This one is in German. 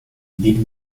neben